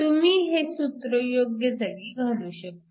तुम्ही हे सूत्र योग्य जागी घालू शकता